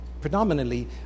predominantly